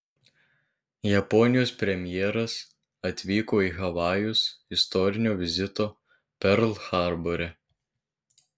japonijos premjeras atvyko į havajus istorinio vizito perl harbore